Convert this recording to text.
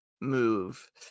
move